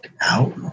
out